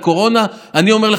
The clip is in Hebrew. השחיתו ציוד,